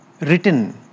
written